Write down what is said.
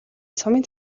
сумын